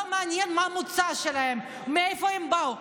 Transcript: לא מעניין מה המוצא שלהם, מאיפה הם באו.